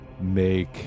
make